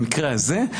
במקרה הזה,